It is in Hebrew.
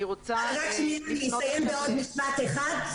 אני אסיים בעוד משפט אחד.